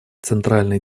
центральной